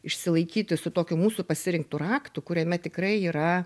išsilaikyti su tokiu mūsų pasirinktu raktu kuriame tikrai yra